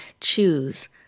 choose